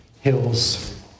hills